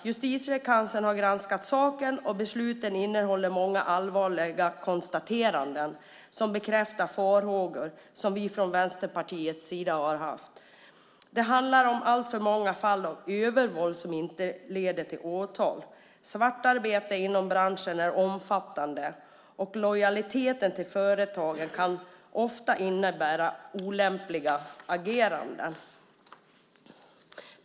Justitiekanslern har granskat saken, och besluten innehåller många allvarliga konstateranden som bekräftar farhågor som vi i Vänsterpartiet har haft. Det handlar om alltför många fall av övervåld som inte leder till åtal. Svartarbetet inom branschen är omfattande, och lojaliteten till företagen kan ofta innebära olämpliga ageranden.